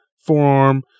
forearm